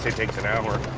takes an hour.